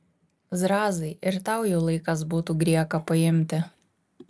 zrazai ir tau jau laikas būtų grieką paimti